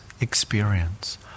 experience